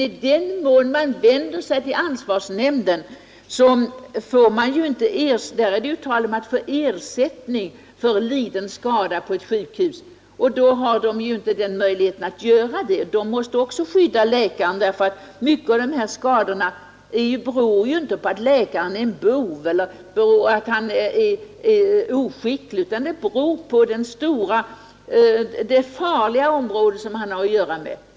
I den mån man vänder sig till ansvarsnämnden är det ju tal om att få ersättning för liden skada på ett sjukhus, och nämnden har inte möjlighet att ge sådan ersättning. Nämnden måste också skydda läkaren, därför att mycket av dessa skador beror ju inte på att läkaren är en bov eller att han är oskicklig, utan det beror på det stora och farliga område han arbetar med.